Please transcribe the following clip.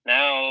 Now